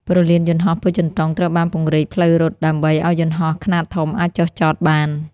ព្រលានយន្តហោះពោធិ៍ចិនតុងត្រូវបានពង្រីកផ្លូវរត់ដើម្បីឱ្យយន្តហោះខ្នាតធំអាចចុះចតបាន។